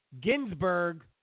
Ginsburg